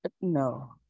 No